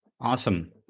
Awesome